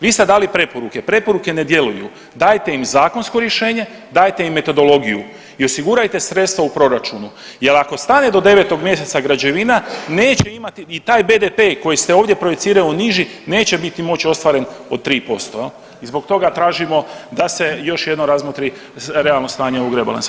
Vi ste dali preporuke, preporuke ne djeluju, dajte im zakonsko rješenje, dajte im metodologiju i osigurajte sredstva u proračunu jel ako stane do 9. mjeseca građevina neće imati ni taj BDP koji ste ovdje proiciraju niži neće biti moć ostvaren od 3% jel i zbog toga tražimo da se još jednom razmotri realno stanje ovog rebalansa.